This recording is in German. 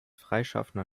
freischaffender